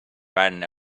ran